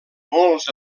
molts